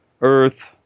earth